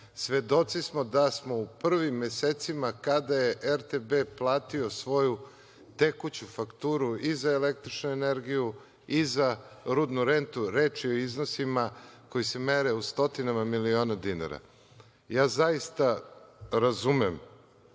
svedoci smo da smo u prvim mesecima kada je RTB platio svoju tekuću fakturu i za električnu energiju i za rudnu rentu, reč je o iznosima koji se mere u stotinama miliona dinara. Ja zaista razumem